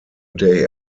day